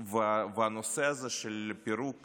והנושא הזה של פירוק